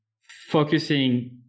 focusing